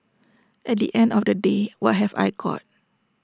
at the end of the day what have I got